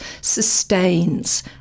sustains